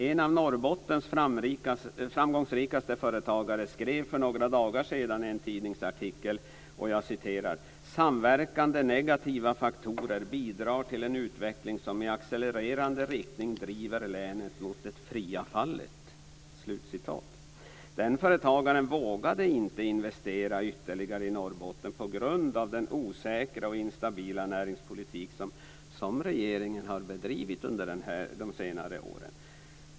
En av Norrbottens framgångsrikaste företagare skrev för några dagar sedan i en tidningsartikel: Samverkande negativa faktorer bidrar till en utveckling som i accelererande riktning driver länet mot det fria fallet. Den företagaren vågade inte investera ytterligare i Norrbotten på grund av den osäkra och instabila näringspolitik som regeringen har bedrivit under de senare åren.